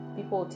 People